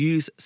Use